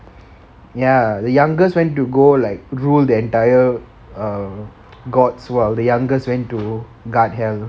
ya the youngest went to go like rule the entire err gods while the oldest went to guard hell